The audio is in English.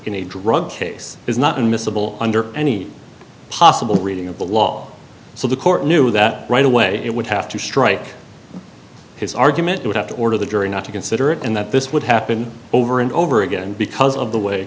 in a drug case is not unmissable under any possible reading of the law so the court knew that right away it would have to strike his argument would have to order the jury not to consider it and that this would happen over and over again because of the way